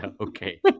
okay